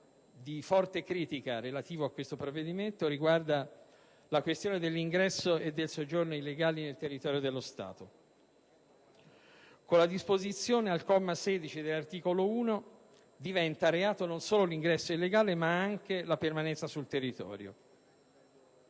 di forte criticità relativo a questo provvedimento riguarda la questione dell'ingresso e del soggiorno illegale nel territorio dello Stato. Con la disposizione di cui al comma 16 dell'articolo 1 diventa reato non solo l'ingresso illegale, ma anche la permanenza sul territorio.